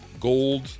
gold